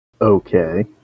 Okay